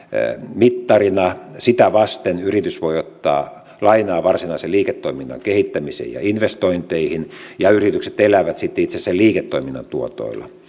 mittarina sitä vasten yritys voi ottaa lainaa varsinaisen liiketoiminnan kehittämiseen ja investointeihin ja yritykset elävät sitten itse asiassa sen liiketoiminnan tuotoilla